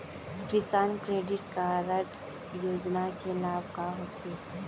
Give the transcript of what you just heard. किसान credit card योजना के लाभ का का होथे?